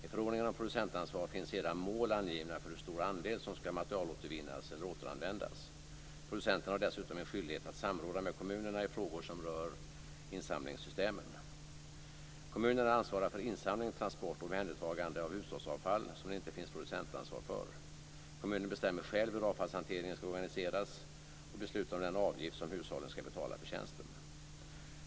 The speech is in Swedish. I förordningen om producentansvar finns sedan mål angivna för hur stor andel som skall materialåtervinnas eller återanvändas. Producenterna har dessutom en skyldighet att samråda med kommunerna i frågor som rör insamlingssystemen. Kommunerna ansvarar för insamling, transport och omhändertagande av hushållsavfall som det inte finns producentansvar för. Kommunen bestämmer själv hur avfallshanteringen skall organiseras och beslutar om den avgift som hushållen skall betala för tjänsten.